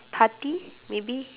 party maybe